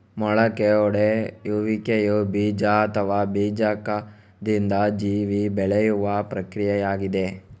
ಮೊಳಕೆಯೊಡೆಯುವಿಕೆಯು ಬೀಜ ಅಥವಾ ಬೀಜಕದಿಂದ ಜೀವಿ ಬೆಳೆಯುವ ಪ್ರಕ್ರಿಯೆಯಾಗಿದೆ